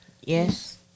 Yes